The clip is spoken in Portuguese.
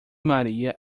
maria